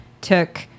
took